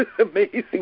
Amazing